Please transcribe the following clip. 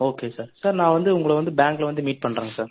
okay sir sir நான் வந்து உங்கள வந்து பேங்க்கில் வந்து மீட் பண்ணுறங்க சார்